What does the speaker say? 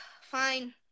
fine